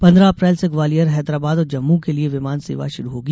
पंद्रह अप्रैल से ग्वालियर हैदराबाद और जम्मू के लिये विमान सेवा शुरू होगी